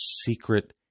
secret